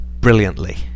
brilliantly